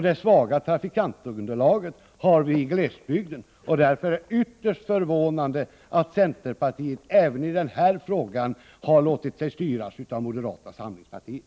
Det svaga trafikantunderlaget har vi i glesbygden, och därför är det ytterst förvånande att centerpartiet även i den här frågan har låtit sig styras av moderata samlingspartiet.